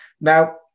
Now